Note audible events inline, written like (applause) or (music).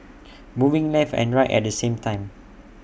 (noise) moving left and right at the same time